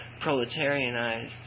proletarianized